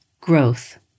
growth